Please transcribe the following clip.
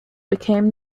became